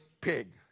pig